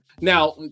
Now